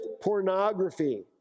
pornography